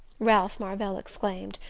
ralph marvell exclaimed,